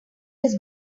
his